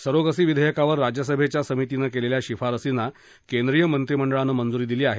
surrogacy विधेयकावर राज्य सभेच्या समितीनं केलेल्या शिफारसींना केंद्रीय मंत्रीमंडळानं मंजुरी दिली आहे